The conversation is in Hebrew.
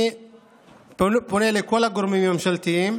אני פונה לכל הגורמים הממשלתיים